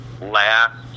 last